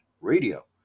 radio